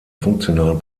funktionalen